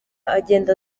agenda